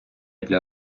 для